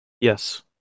Yes